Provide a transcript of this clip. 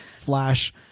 Flash